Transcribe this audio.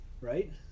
Right